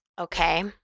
Okay